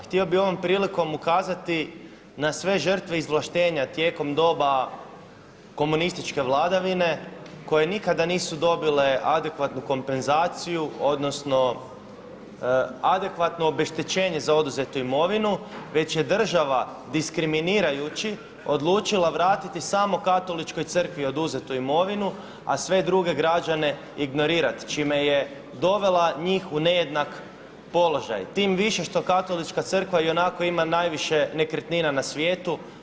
Htio bih ovom prilikom ukazati na sve žrtve izvlaštenja tijekom doba komunističke vladavine koje nikada nisu dobile adekvatnu kompenzaciju, odnosno adekvatno obeštećenje za oduzetu imovinu već je država diskriminirajući odlučila vratiti samo katoličkoj crkvi oduzetu imovinu, a sve druge građane ignorirat čime je dovela njih u nejednak položaj tim više što katolička crkva ionako ima najviše nekretnina na svijetu.